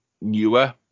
newer